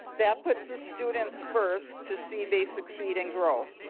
that puts the students first to see they succeed and grow.